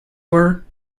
were